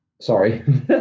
Sorry